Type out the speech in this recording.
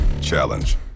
Challenge